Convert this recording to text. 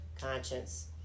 conscience